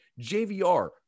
JVR –